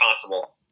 possible